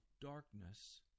darkness